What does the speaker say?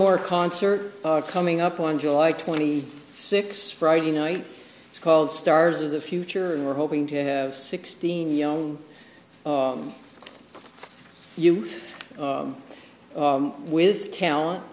more concert coming up on july twenty six friday night it's called stars of the future and we're hoping to have sixteen young youths with talent